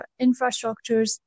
infrastructures